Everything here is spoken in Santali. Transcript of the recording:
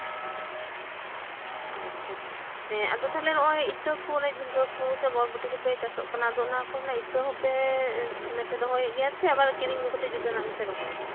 ᱟᱪᱪᱷᱟ ᱦᱮᱸ ᱟᱫᱚ ᱛᱟᱞᱦᱮ ᱦᱚᱸᱜᱼᱚᱭ ᱤᱛᱟᱹ ᱠᱚ ᱡᱷᱤᱸᱜᱟᱹ ᱠᱚ ᱥᱮ ᱵᱚᱨᱵᱚᱨᱵᱚᱴᱤ ᱠᱚᱯᱮ ᱪᱟᱥᱚᱜ ᱠᱟᱱᱟ ᱚᱱᱟ ᱠᱚᱨᱮᱱᱟᱜ ᱤᱛᱟᱹ ᱦᱚᱸ ᱯᱮ ᱵᱚᱞᱮ ᱯᱮ ᱫᱚᱦᱚᱭᱮᱫ ᱜᱮᱭᱟ ᱟᱵᱟᱨ ᱠᱤᱨᱤᱧ ᱟᱹᱜᱩ ᱠᱟᱛᱮ ᱡᱩᱫᱟᱹᱱᱟᱜ ᱯᱮ ᱨᱚᱦᱚᱭᱮᱫᱟ